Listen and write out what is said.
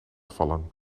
vallen